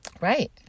Right